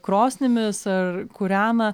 krosnimis ar kūrena